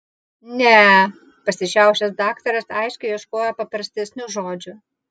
ne pasišiaušęs daktaras aiškiai ieškojo paprastesnių žodžių